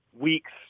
weeks